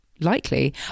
likely